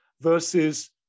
versus